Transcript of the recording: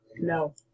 No